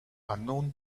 unknown